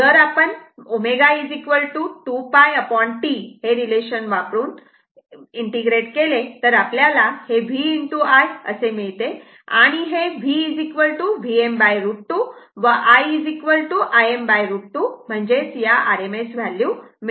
जर आपण ω 2πT हे रिलेशनशिप वापरून इंटिग्रेट केले तर आपल्याला V I असे मिळते आणि हे V Vm√ 2 व I Im√ 2 म्हणजे या RMS व्हॅल्यू आहेत